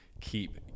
keep